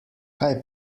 kaj